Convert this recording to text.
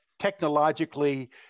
technologically